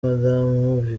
madamu